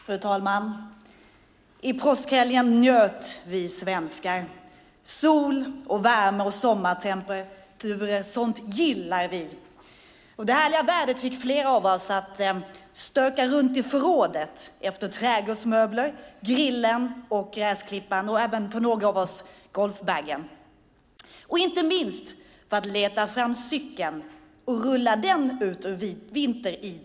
Fru talman! Under påskhelgen njöt vi svenskar. Sol, värme och sommartemperatur gillar vi. Det härliga vädret fick flera av oss att stöka runt i förrådet efter trädgårdsmöbler, grill och gräsklippare och fick även några av oss att stöka runt efter golfbagen. Inte minst gällde det att leta fram cykeln och rulla ut den ur vinteridet.